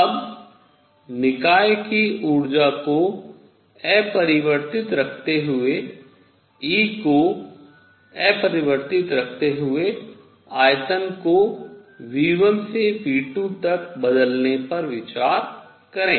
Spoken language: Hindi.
अब निकाय की ऊर्जा को अपरिवर्तित रखते हुए E को अपरिवर्तित रखते हुए आयतन को V1 से V2 तक बदलने पर विचार करें